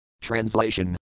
Translation